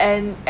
and